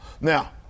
Now